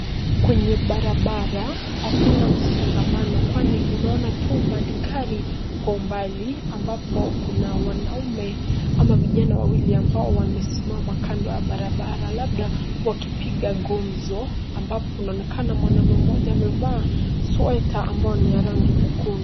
Kwenye barabara hakuna msongamano kwani unaona tu magari kwa umbali ambapo kuna wanaume ama vijana wawili ambao wamesimama kando ya barabara labda wakipiga ngumzo ambapo kunaonekana mwanaume mmoja amevaa sweta ambayo ni ya rangi nyekundu.